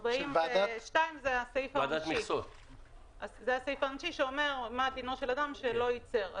42 זה הסעיף העונשי שאומר מה דינו של אדם שלא ייצר.